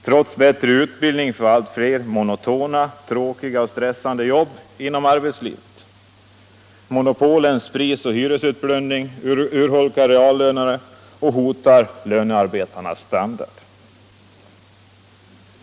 Trots bättre utbildning får allt fler monotona, tråkiga och stressande jobb inom hela arbetslivet. Monopolens prisoch hyresutplundring urholkar reallönerna och hotar lönarbetarnas standard.